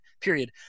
period